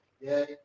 Yay